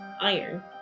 iron